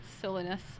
silliness